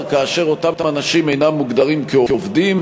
כאשר אותם אנשים אינם מוגדרים כעובדים,